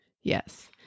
Yes